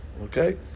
Okay